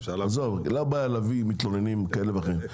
לא בעיה להביא מתלוננים כאלה ואחרים.